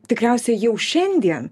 tikriausiai jau šiandien